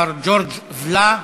מר ג'ורג' וֶלָה.